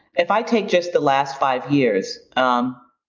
if i take just the last five years, um